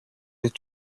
with